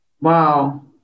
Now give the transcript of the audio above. Wow